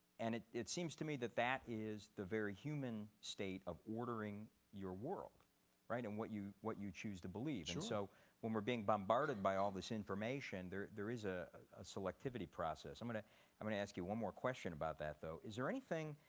and it it seems to me that that is the very human state of ordering your world and what you what you choose to believe. and so when we're being bombarded by all this information, there there is ah a selectivity process. i'm going i mean to ask you one more question about that, though. is there anything